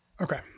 Okay